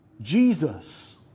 Jesus